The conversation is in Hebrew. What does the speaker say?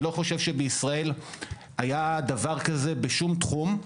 אי לא חושב שבישראל היה דבר כזה בשום תחום.